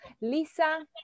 lisa